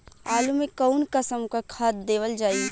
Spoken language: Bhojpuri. आलू मे कऊन कसमक खाद देवल जाई?